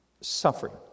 Suffering